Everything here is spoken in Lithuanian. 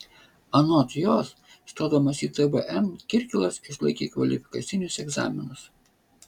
anot jos stodamas į tvm kirkilas išlaikė kvalifikacinius egzaminus